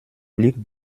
blick